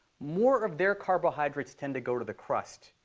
more of their carbohydrates tend to go to the crust,